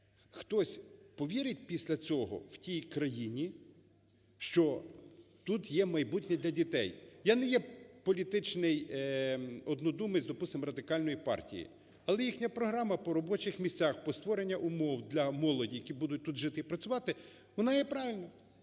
хтось повірить після цього в тій країні, що тут є майбутнє для дітей? Я не є політичний однодумець, допустимо, Радикальної партії, але їхня програма по робочих місцях, про створення умов для молоді, які будуть тут жити і працювати, вона є правильна.